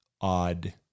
odd